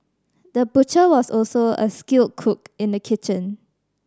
the butcher was also a skilled cook in the kitchen